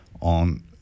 On